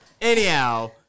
Anyhow